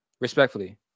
Respectfully